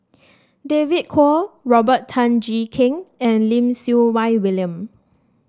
David Kwo Robert Tan Jee Keng and Lim Siew Wai William